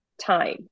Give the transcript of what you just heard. time